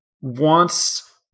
wants